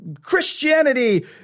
christianity